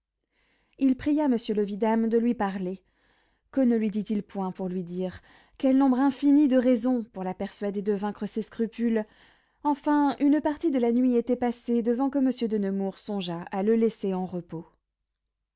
il pria monsieur le vidame de lui parler que ne lui dit-il point pour lui dire quel nombre infini de raisons pour la persuader de vaincre ses scrupules enfin une partie de la nuit était passée devant que monsieur de nemours songeât à le laisser en repos